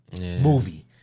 movie